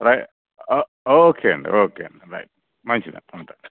okay అండి okay అండి right మంచిదండి ఉంటాను